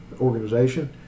organization